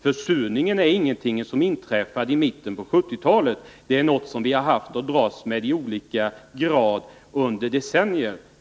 Försurningen är ingenting som inträffade i mitten 1970-talet. Det är något som vi har haft att dras med i olika grad under decennier.